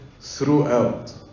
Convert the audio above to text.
throughout